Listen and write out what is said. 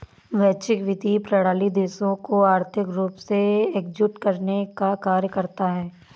वैश्विक वित्तीय प्रणाली देशों को आर्थिक रूप से एकजुट करने का कार्य करता है